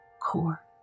core